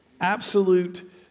absolute